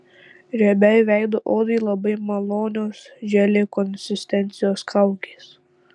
riebiai veido odai labai malonios želė konsistencijos kaukės